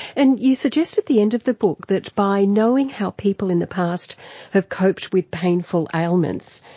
and you suggested the end of the books that by knowing how people in the past have coped with painful ailments,